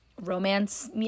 romance